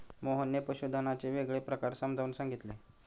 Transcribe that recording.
मोहनने पशुधनाचे वेगवेगळे प्रकार समजावून सांगितले